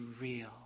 real